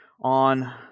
on